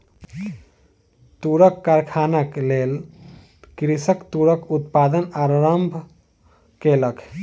तूरक कारखानाक लेल कृषक तूरक उत्पादन आरम्भ केलक